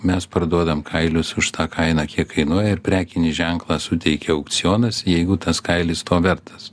mes parduodavom kailius už tą kainą kiek kainuoja ir prekinį ženklą suteikė aukcionas jeigu tas kailis to vertas